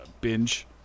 binge